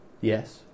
Yes